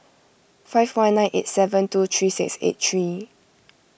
five one nine eight seven two three six eight three